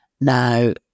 Now